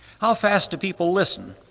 how fast two people listen,